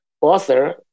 author